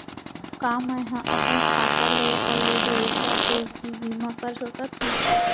का मैं ह अपन खाता ले अपन लोग लइका के भी बीमा कर सकत हो